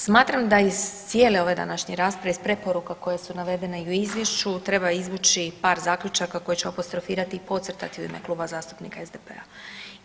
Smatram da iz cijele ove današnje rasprave, iz preporuka koje su navedene i u izvješću treba izvući par zaključaka koje ću apostrofirati i podcrtati u ime Kluba zastupnika SDP-a.